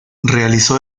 realizó